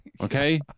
Okay